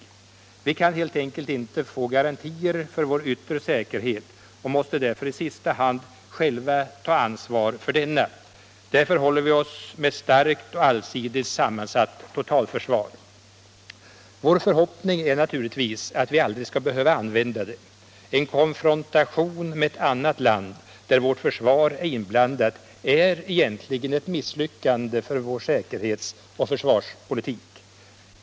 S " Vi kan helt enkelt inte få garantier för vår yttre säkerhet och måste därför i sista hand själva ta ansvar för denna. Därför håller vi oss med ett starkt och allsidigt sammansatt totalförsvar. Vår förhoppning är naturligtvis att vi aldrig skall behöva använda det. En konfrontation med ett annat land, där vårt försvar är inblandat, är egentligen ett misslyckande för vår säkerhetsoch försvarspolitik.